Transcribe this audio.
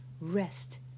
rest